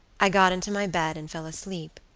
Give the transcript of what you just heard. i got into my bed and fell asleep.